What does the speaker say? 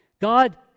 God